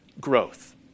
growth